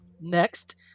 Next